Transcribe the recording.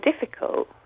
difficult